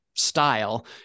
style